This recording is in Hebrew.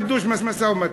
חידוש משא-ומתן.